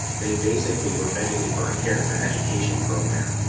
they basically were begging me for a character education program.